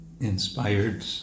inspired